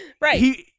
right